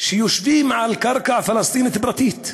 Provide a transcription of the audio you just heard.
שיושבים על קרקע פלסטינית פרטית,